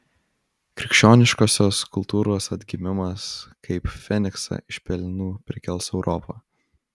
krikščioniškosios kultūros atgimimas kaip feniksą iš pelenų prikels europą